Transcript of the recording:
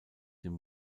dem